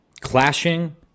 clashing